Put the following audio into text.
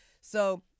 So-